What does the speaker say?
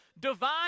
divine